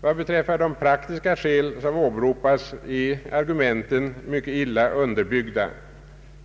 Vad beträffar de praktiska skäl som åberopas är argumenten mycket illa underbyggda.